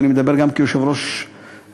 ואני מדבר גם כיושב-ראש השדולה,